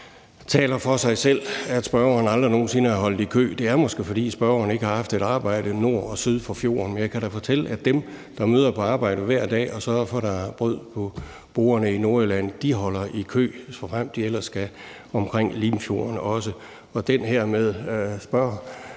synes, det taler for sig selv, at spørgeren aldrig nogen sinde har holdt i kø. Det er måske, fordi spørgeren ikke har haft et arbejde nord eller syd for fjorden. Jeg kan da fortælle, at dem, der møder på arbejde hver dag og sørger for, at der er brød på bordene i Nordjylland, holder i kø, såfremt de ellers skal omkring Limfjorden også. I forhold til